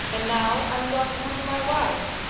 and now i'm going home to my wife.